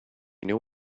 know